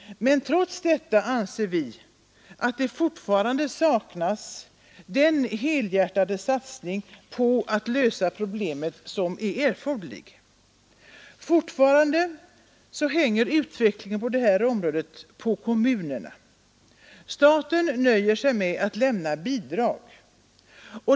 Trots detta anser vi att det fortfarande saknas en helhjärtad satsning på att lösa problemet. Fortfarande hänger utvecklingen på detta område på kommunerna. Staten nöjer sig med att lämna bidrag.